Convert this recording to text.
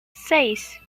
seis